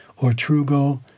Ortrugo